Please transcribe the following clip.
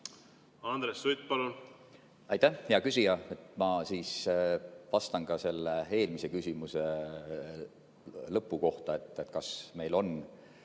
Andres Sutt, palun! Aitäh, hea küsija! Ma vastan ka selle eelmise küsimuse lõpu kohta, et kas meil on